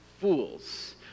fools